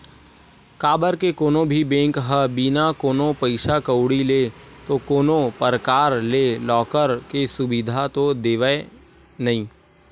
काबर के कोनो भी बेंक ह बिना कोनो पइसा कउड़ी ले तो कोनो परकार ले लॉकर के सुबिधा तो देवय नइ